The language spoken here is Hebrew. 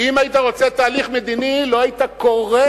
כי אם היית רוצה תהליך מדיני לא היית כורת